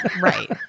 right